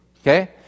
okay